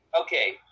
Okay